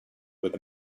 with